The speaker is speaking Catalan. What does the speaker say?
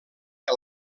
que